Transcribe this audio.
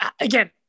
again